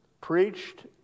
preached